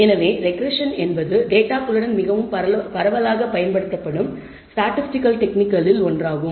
எனவே ரெக்ரெஸ்ஸன் என்பது டேட்டாகளுடன் மிகவும் பரவலாகப் பயன்படுத்தப்படும் ஸ்டாட்டிஸ்டிகள் டெக்னிக்களில் ஒன்றாகும்